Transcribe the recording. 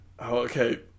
Okay